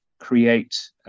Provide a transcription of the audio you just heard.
Create